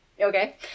Okay